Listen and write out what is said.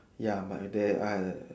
ya by then I